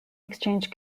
exchange